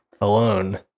alone